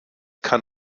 kann